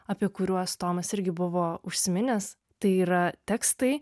apie kuriuos tomas irgi buvo užsiminęs tai yra tekstai